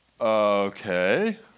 okay